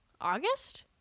August